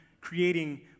creating